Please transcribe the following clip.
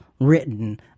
written